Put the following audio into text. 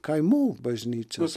kaimų bažnyčias